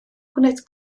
gwneud